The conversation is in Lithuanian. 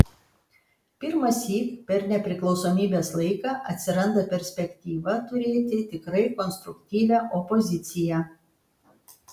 pirmąsyk per nepriklausomybės laiką atsiranda perspektyva turėti tikrai konstruktyvią opoziciją